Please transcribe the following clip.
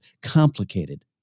Complicated